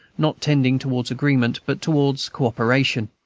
not tending towards agreement, but towards co-operation.